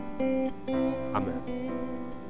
Amen